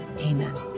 Amen